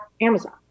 Amazon